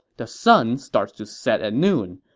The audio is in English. the sun starts to set at noon,